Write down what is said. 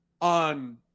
on